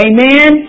Amen